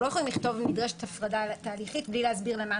אנחנו לא יכולים שנדרשת הפרדה תהליכית בלי להגדיר אותה.